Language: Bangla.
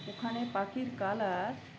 ওখানে পাখির কালার